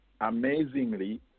amazingly